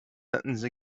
sentence